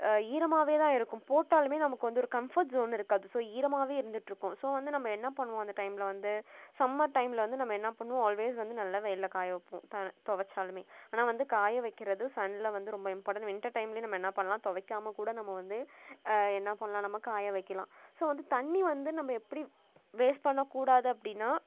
ஈரமாக தான் இருக்கும் போட்டாலும் நமக்கு வந்து ஒரு கம்ஃபோர்ட் ஸோன் இருக்காது ஸோ ஈரமாக இருந்துட்டுருக்கும் ஸோ வந்து நம்ம என்ன பண்ணுவோம் அந்த டைமில் வந்து சம்மர் டைமில் வந்து நம்ம என்ன பண்ணுவோம் ஆல்வேஸ் வந்து நல்லா வெயிலில் காய வைப்போம் துவைச்சாலுமே ஆனால் வந்து காய வைக்கிறது சனில் வந்து ரொம்ப இம்பார்ட்டண்ட் வின்டர் டைம்லேயும் நம்ம என்ன பண்ணலாம் துவைக்காம கூட நம்ம வந்து என்ன பண்ணலாம் நம்ம காய வைக்கலாம் ஸோ வந்து தண்ணி வந்து நம்ம எப்படி வேஸ்ட் பண்ணக்கூடாது அப்படின்னா